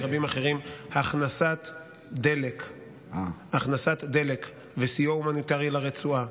הכנסת דלק וסיוע הומניטרי לרצועה